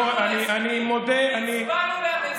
אני קורא אותך לסדר פעם ראשונה.